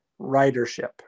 ridership